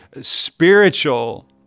spiritual